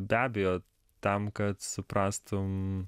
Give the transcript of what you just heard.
be abejo tam kad suprastum